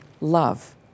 love